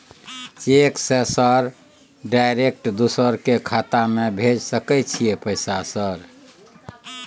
Cheque से sir direct दूसरा के खाता में भेज सके छै पैसा सर?